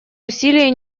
усилия